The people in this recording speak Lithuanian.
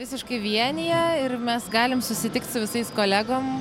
visiškai vienija ir mes galim susitikt su visais kolegom